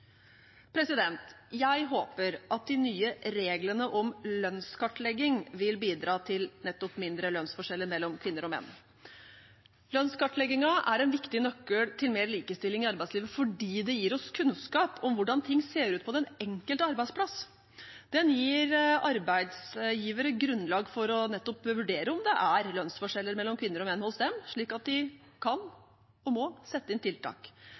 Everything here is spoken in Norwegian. Jeg håper at de nye reglene om lønnskartlegging vil bidra til nettopp mindre lønnsforskjeller mellom kvinner og menn. Lønnskartleggingen er en viktig nøkkel til mer likestilling i arbeidslivet fordi det gir oss kunnskap om hvordan ting ser ut på den enkelte arbeidsplass. Den gir arbeidsgivere grunnlag for nettopp å vurdere om det er lønnsforskjeller mellom kvinner og menn hos dem, slik at de kan og må sette inn tiltak.